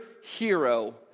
hero